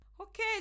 Okay